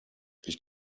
ich